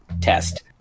test